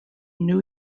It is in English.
new